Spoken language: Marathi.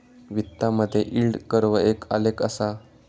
वित्तामधे यील्ड कर्व एक आलेख असा